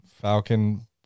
Falcon